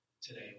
today